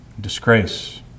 Disgrace